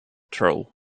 troll